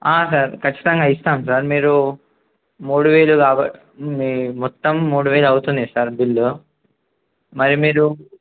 sir ఖచ్చితంగా ఇస్తాం sir మీరు మూడు వేలు అవ మీ మొత్తం మూడు వేలు అవుతుంది సార్ బిల్లు మరి మీరు